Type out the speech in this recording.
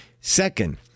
Second